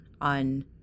on